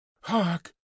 Hark